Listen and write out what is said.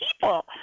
people